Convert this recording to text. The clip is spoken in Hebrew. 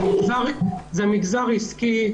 זה מגזר עסקי,